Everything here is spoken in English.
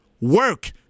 work